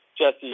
Jesse